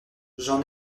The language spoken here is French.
j’en